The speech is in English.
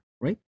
right